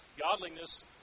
Godliness